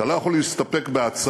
אתה לא יכול להסתפק בהצהרה,